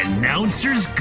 announcer's